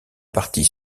partie